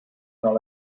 dans